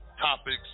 topics